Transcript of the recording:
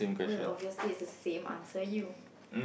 well obviously it's the same answer you